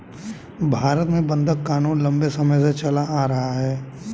भारत में बंधक क़ानून लम्बे समय से चला आ रहा है